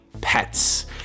pets